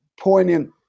poignant